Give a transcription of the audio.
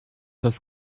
das